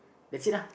that's it lah